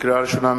לקריאה ראשונה,